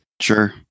sure